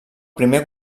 primer